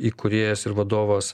įkūrėjas ir vadovas